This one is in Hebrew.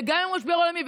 וגם אם הוא משבר עולמי,